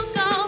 go